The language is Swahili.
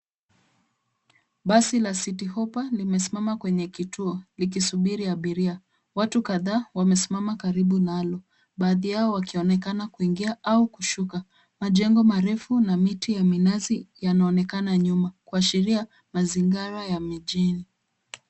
Basi la Citi Hoppa limesimama kwenye kituo likisubiri abiria. Watu kadhaa wamesimama karibu nalo, baadhi yao wakionekana kuingia au kushuka. Majengo marefu na miti ya minazi yanaonekana nyuma kuashiria mazingira ya mijini.